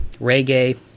reggae